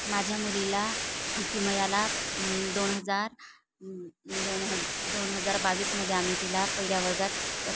माझ्या मुलीला किमयाला दोन हजार दोन हज दोन हजार बावीसमध्ये आम्ही तिला पहिल्या वर्गात